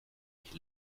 ich